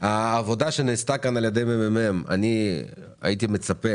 העבודה שנעשתה כאן על ידי הממ"מ הייתי מצפה